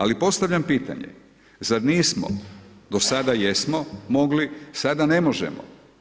Ali postavljam pitanje, zar nismo do sada jesmo mogli, sada ne možemo.